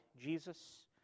Jesus